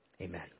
Amen